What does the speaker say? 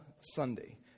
Sunday